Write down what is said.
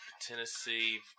Tennessee